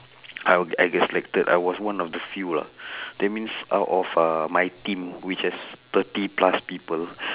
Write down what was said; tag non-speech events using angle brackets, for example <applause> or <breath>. I'll I get selected I was one of the few lah <breath> that means out of uh my team which has thirty plus people <breath>